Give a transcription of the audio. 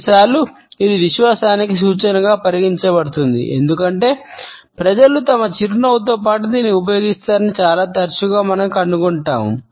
కొన్నిసార్లు ఇది విశ్వాసానికి సూచనగా పరిగణించబడుతుంది ఎందుకంటే ప్రజలు తమ చిరునవ్వుతో పాటు దీనిని ఉపయోగిస్తారని చాలా తరచుగా మనం కనుగొంటాము